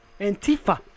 Antifa